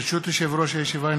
ברשות יושב-ראש הישיבה,